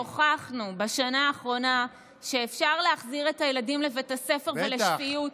שבשנה האחרונה הוכחנו שאפשר להחזיר את הילדים לבית הספר ולשפיות.